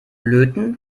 löten